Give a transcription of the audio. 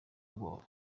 ubwoba